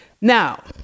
Now